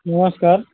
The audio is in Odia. ନମସ୍କାର